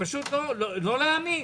לא להאמין.